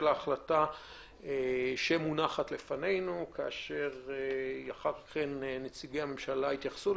ההחלטה שמונחת לפנינו כאשר נציגי הממשלה יתייחסו.